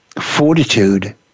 fortitude